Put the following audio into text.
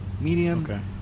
Medium